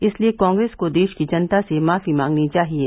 इसलिए कांप्रेस को देश की जनता से माफी मांगनी चाहिये